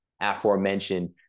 aforementioned